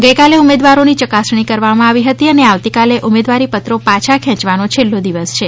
ગઇકાલે ઉમેદવારોની ચકાસણી કરવામાં આવી હતી અને આવતીકાલે ઉમેદવારીપત્રો પાછાં ખેયવાનો છેલ્લો દિવસ છે